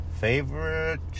Favorite